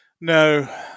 No